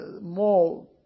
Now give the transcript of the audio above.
More